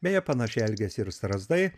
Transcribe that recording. beje panašiai elgiasi ir strazdai